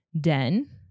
den